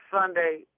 Sunday